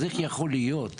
אז איך יכול להיות שעדיין,